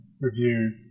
review